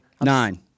Nine